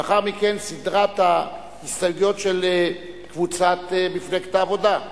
לאחר מכן סדרת ההסתייגויות של קבוצת מפלגת העבודה,